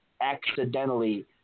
accidentally